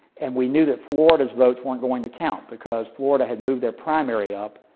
and we knew that florida's votes were going to count because florida had moved their primary up.